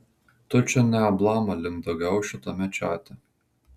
tu čia neablamalink daugiau šitame čate